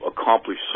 accomplish